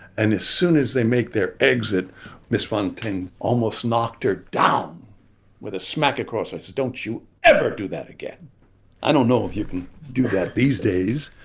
and as soon as they make their exit ms fontaine almost knocked her down with a smack across. i said don't you ever do that again i don't know if you can do that these days.